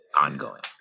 ongoing